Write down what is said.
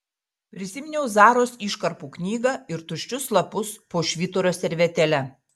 prisiminiau zaros iškarpų knygą ir tuščius lapus po švyturio servetėle